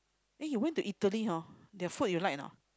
eh you went to Italy hor their food you like or not